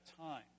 time